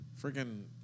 freaking